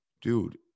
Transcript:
dude